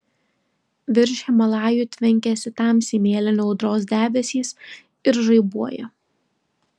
virš himalajų tvenkiasi tamsiai mėlyni audros debesys ir žaibuoja